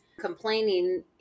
complaining